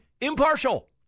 impartial